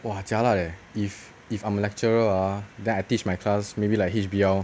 !wah! jialat leh if if I'm lecturer ah then I teach my class maybe like H_B_L